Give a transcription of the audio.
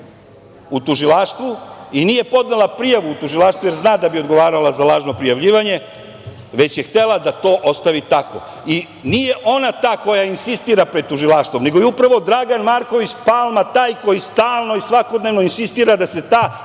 u tužilaštvu i nije podnela prijavu u tužilaštvu, jer zna da bi odgovarala za lažno prijavljivanje, već je htela da to ostavi takvo. I nije ona ta koja insistira pred tužilaštvom, nego je upravo Dragan Marković Palma taj koji stalno i svakodnevno insistira da se ta